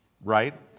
right